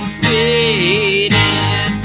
fading